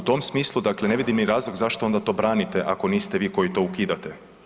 U tom smislu dakle ne vidim ni razlog zašto onda to branite ako niste vi koji to ukidate?